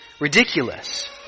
ridiculous